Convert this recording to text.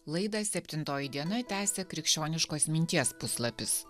laidą septintoji diena tęsia krikščioniškos minties puslapis